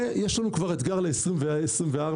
יש לנו כבר אתגר לשנת 2024,